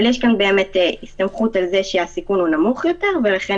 אבל יש כאן באמת הסתמכות על כך שהסיכון הוא נמוך יותר ולכן